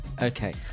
Okay